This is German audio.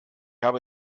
habe